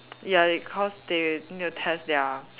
ya it cause they need to test their